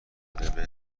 اشاره